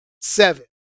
seven